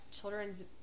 children's